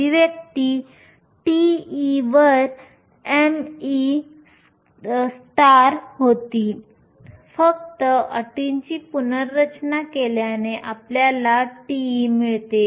अभिव्यक्ती τe वर me होती फक्त अटींची पुनर्रचना केल्याने आपल्याला τe मिळते